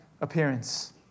appearance